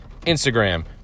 Instagram